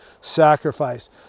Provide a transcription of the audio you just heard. sacrifice